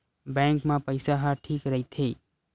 Bank मा पईसा ह ठीक राइथे?